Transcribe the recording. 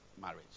marriage